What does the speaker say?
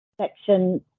Section